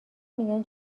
میگن